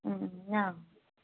ꯎꯝ ꯅꯪ